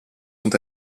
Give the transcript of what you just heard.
sont